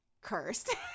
cursed